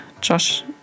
Josh